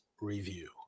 review